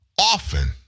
often